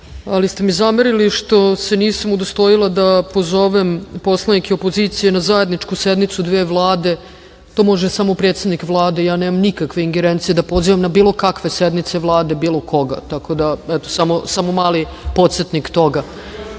ali ste mi zamerili što se nisam udostojila da pozovem poslanike opozicije na zajedničku sednicu dve Vlade, to može samo predsednik Vlade. Ja nemam nikakve ingerencije da pozivam na bilo kakve sednice Vlade bilo koga. Samo mali podsetnik toga. Sada